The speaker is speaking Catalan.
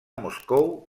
moscou